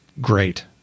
great